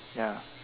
ya